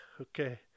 okay